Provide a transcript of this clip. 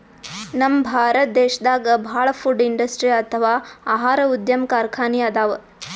ನಮ್ ಭಾರತ್ ದೇಶದಾಗ ಭಾಳ್ ಫುಡ್ ಇಂಡಸ್ಟ್ರಿ ಅಥವಾ ಆಹಾರ ಉದ್ಯಮ್ ಕಾರ್ಖಾನಿ ಅದಾವ